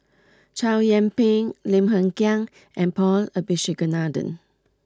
Chow Yian Ping Lim Hng Kiang and Paul Abisheganaden